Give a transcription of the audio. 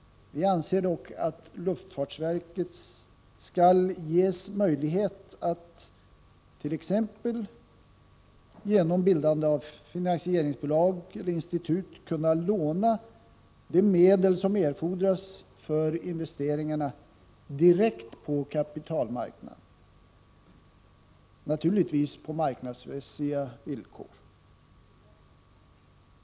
Vi anser dock att luftfartsverket skall ges möjlighet att t.ex. genom bildandet av finansieringsbolag eller finansieringsinstitut kunna låna de medel som erfordras för investeringar direkt på kapitalmarknaden, naturligtvis på marknadsmässiga villkor.